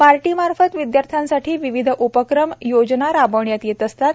बार्टीमार्फत विद्यार्थ्यांसाठी विविध उपक्रम योजना राबविण्यात येत असतात